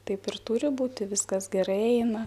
taip ir turi būti viskas gerai eina